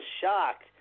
shocked